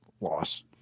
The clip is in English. loss